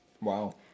Wow